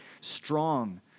strong